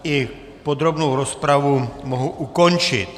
I podrobnou rozpravu mohu ukončit.